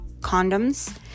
condoms